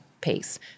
pace